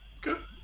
Good